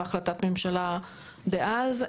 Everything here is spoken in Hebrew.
בהחלטת ממשלה דאז,